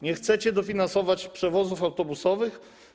Nie chcecie dofinansować przewozów autobusowych.